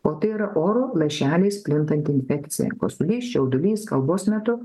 o tai yra oro lašeliais plintanti infekcija kosulys čiaudulys kalbos metu